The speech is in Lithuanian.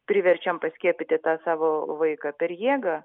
priverčiam paskiepyti tą savo vaiką per jėgą